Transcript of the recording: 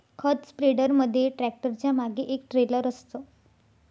खत स्प्रेडर मध्ये ट्रॅक्टरच्या मागे एक ट्रेलर असतं